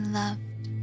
loved